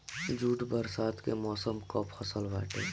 jute बरसात के मौसम कअ फसल बाटे